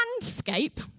Landscape